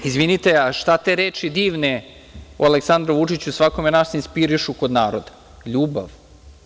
Izvinite, a šta te reči divne o Aleksandru Vučiću svakome od nas inspirišu kod naroda, ljubav?